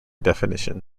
definition